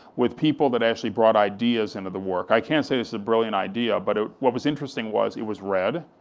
with people that actually brought ideas into the work. i can't say this is a brilliant idea, but what was interesting was, it was red,